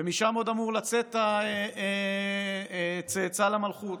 ומשם עוד אמור לצאת הצאצא למלכות.